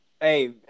hey